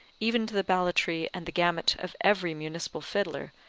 even to the ballatry and the gamut of every municipal fiddler,